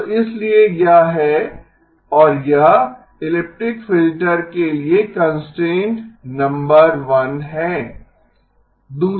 तो इसलिए यह है और यह इलिप्टिक फिल्टर के लिए कंस्ट्रेंट नंबर 1 है